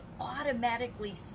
automatically